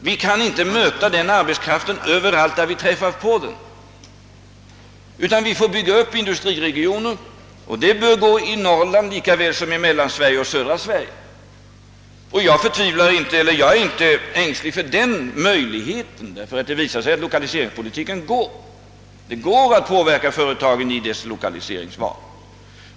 Vi kan inte ta hand om denna arbetskraft överallt där vi träffar på den, utan vi får bygga upp industriregioner, och det bör gå i Norrland lika väl som i Mellansverige och södra Sverige. Jag är inte ängslig för den möjligheten, ty det visar sig att det går att påverka företagen i deras lokaliseringsval.